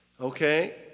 Okay